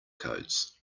codes